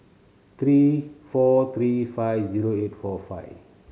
three four three five zero eight four five